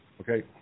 Okay